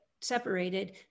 separated